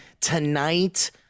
tonight